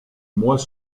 mois